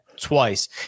Twice